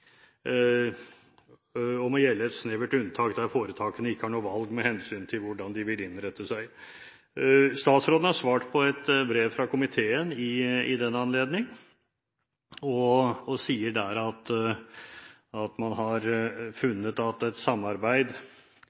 et snevert unntak gjelder der foretakene ikke har noe valg med hensyn til hvordan de vil innrette seg. Statsråden har svart på et brev fra komiteen i den anledning og sier der at man har funnet at ved samarbeid,